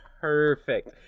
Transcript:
Perfect